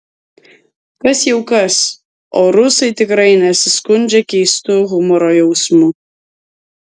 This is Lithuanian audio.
kas jau kas o rusai tikrai nesiskundžia keistu humoro jausmu